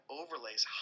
overlays